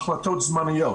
החלטות זמניות.